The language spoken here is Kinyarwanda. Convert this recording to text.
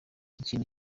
ikintu